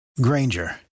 granger